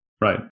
Right